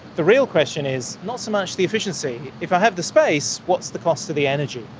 the real question is not so much the efficiency. if i have the space, what's the cost of the energy?